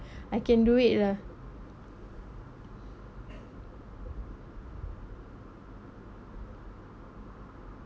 I can do it lah